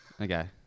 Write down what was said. Okay